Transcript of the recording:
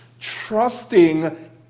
trusting